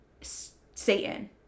Satan